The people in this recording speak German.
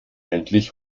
endlich